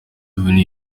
ibintu